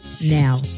now